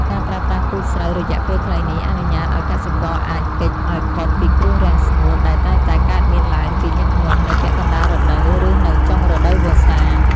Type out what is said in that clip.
ការប្រើប្រាស់ពូជស្រូវរយៈពេលខ្លីនេះ អនុញ្ញាតឱ្យកសិករអាច គេច ឱ្យផុតពីគ្រោះរាំងស្ងួតដែលតែងតែកើតមានឡើងជាញឹកញាប់នៅពាក់កណ្តាលរដូវ ឬនៅចុងរដូវវស្សា។